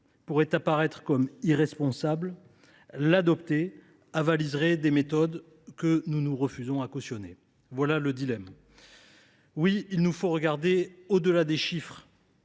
pourrait apparaître comme irresponsable, mais l’adopter avaliserait des méthodes que nous nous refusons à cautionner. C’est là le dilemme ! Il nous faut regarder au delà des chiffres